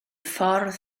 ffordd